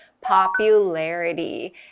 popularity